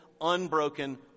unbroken